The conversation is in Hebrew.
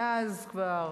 כבר